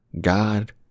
God